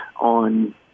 on